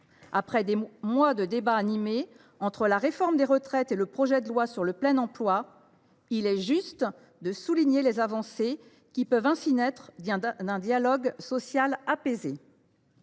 Après des mois de débats animés entre la réforme des retraites et le projet de loi pour le plein emploi, il est juste de souligner les avancées qui peuvent ainsi naître d’un dialogue social apaisé.